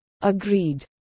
Agreed